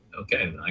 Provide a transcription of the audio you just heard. okay